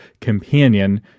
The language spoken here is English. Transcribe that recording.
companion